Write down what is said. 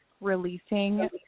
releasing